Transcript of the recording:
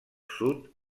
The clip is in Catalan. sud